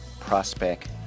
prospect